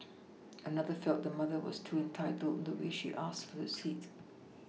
another felt the mother was too entitled in the way she asked for the seat